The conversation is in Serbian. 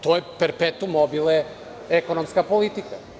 To je prepetuum mobile, ekonomska politika.